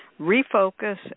refocus